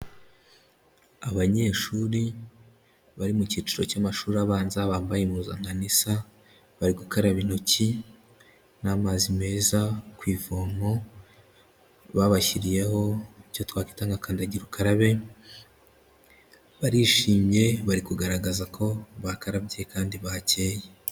Abanyeshuri bari mu kiciro cy'amashuri abanza bambaye impuzankano isa, bari gukaraba intoki n'amazi meza ku ivomo babashyiriyeho icyo twakwita nka kandagira ukarabe, barishimye bari kugaragaza ko bakarabye kandi bakeye.